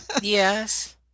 Yes